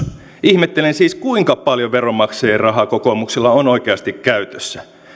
ihmettelen siis kuinka paljon veronmaksajien rahaa kokoomuksella on oikeasti käytössä